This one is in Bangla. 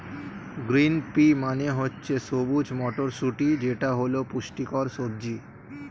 গ্রিন পি মানে হচ্ছে সবুজ মটরশুঁটি যেটা হল পুষ্টিকর সবজি